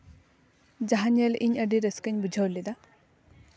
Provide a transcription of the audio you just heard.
ᱡᱟᱦᱟᱸ ᱧᱮᱞ ᱤᱧ ᱟᱹᱰᱤ ᱨᱟᱹᱥᱠᱟᱹᱧ ᱵᱩᱡᱷᱟᱣ ᱞᱮᱫᱟ